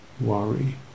worry